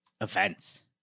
events